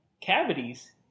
cavities